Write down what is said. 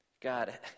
God